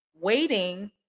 waiting